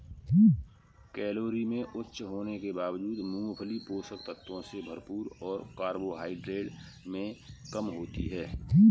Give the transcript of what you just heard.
calorie में उच्च होने के बावजूद, मूंगफली पोषक तत्वों से भरपूर और कार्बोहाइड्रेट में कम होती है